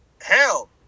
hell